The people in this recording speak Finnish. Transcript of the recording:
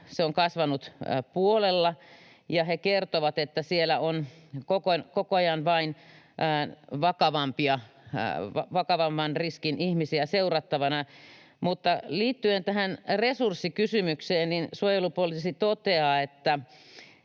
se on kasvanut puolella. He kertovat, että siellä on koko ajan vain vakavamman riskin ihmisiä seurattavana. Liittyen tähän resurssikysymykseen suojelupoliisi toteaa, että